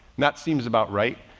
that seems about right.